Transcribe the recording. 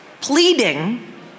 pleading